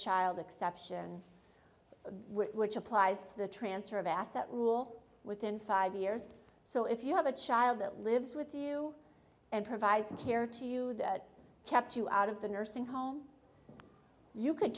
child exception which applies to the transfer of asset rule within five years so if you have a child that lives with you and provides care to you that kept you out of the nursing home you c